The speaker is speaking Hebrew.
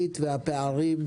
יש אזור תעסוקה ותעשייה בכרמיאל,